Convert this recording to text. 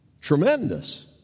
Tremendous